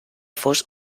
fos